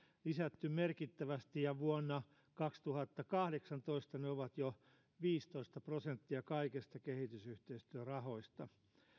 lisätty merkittävästi ja vuonna kaksituhattakahdeksantoista se on jo viisitoista prosenttia kaikista kehitysyhteistyörahoista